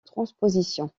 transposition